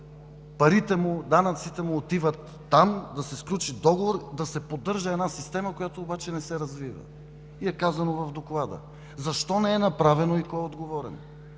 парите му, данъците му отиват там – да се сключи договор, да се поддържа една система, която обаче не се развива, и е казано в Доклада? Защо не е направено и кой е отговорен?